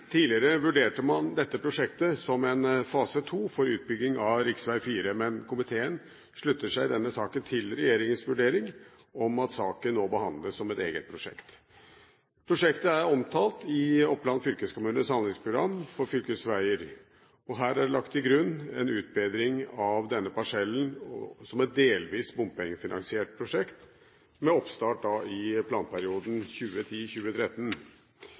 Tidligere vurderte man dette prosjektet som en fase 2 for utbygging av rv. 4, men komiteen slutter seg i denne saken til regjeringens vurdering om at saken nå behandles som et eget prosjekt. Prosjektet er omtalt i Oppland fylkeskommunes handlingsprogram for fylkesveier, og her er det lagt til grunn en utbedring av denne parsellen som et delvis bompengefinansiert prosjekt med oppstart i planperioden